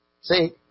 See